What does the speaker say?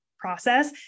process